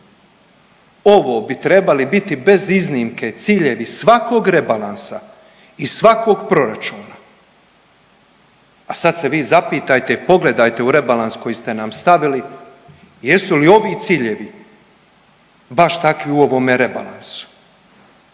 Ovo bi trebali biti bez iznimke ciljevi svakog rebalansa i svakog proračuna, a sad se vi zapitajte i pogledajte u rebalans koji ste nam stavili jesu li ovi ciljevi baš takvi u ovome rebalansu?